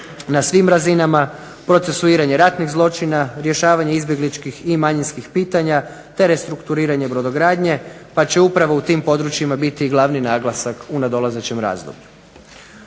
na svim razinama, procesuiranje ratnih zločina, rješavanje izbjegličkih i manjinskih pitanja te restrukturiranje brodogradnje pa će upravo u tim područjima biti i glavni naglasak u nadolazećem razdoblju.